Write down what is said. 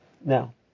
Now